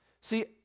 See